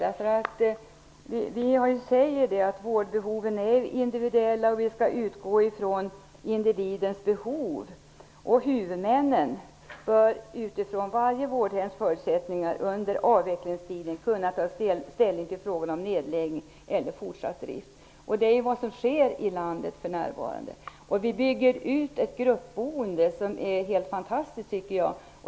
Vi säger att vårdbehoven är individuella och att vi skall utgå från individens behov. Huvudmännen bör utifrån varje vårdhems förutsättningar under avvecklingstiden kunna ta ställning till frågor om nedläggning eller fortsatt drift. Detta sker i landet för närvarande. Vi bygger ut ett gruppboende som jag tycker är helt fantastiskt.